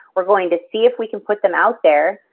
we're going to see if we can put them out there.